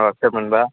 अह सोरमोनबा